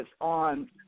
on